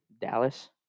Dallas